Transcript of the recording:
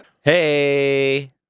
Hey